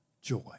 joy